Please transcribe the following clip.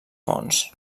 fonts